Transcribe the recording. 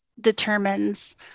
determines